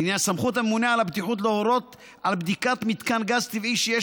לעניין סמכות הממונה על הבטיחות להורות על בדיקת מתקן גז טבעי שיש